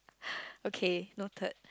okay noted